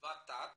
הות"ת